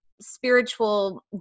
spiritual